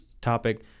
topic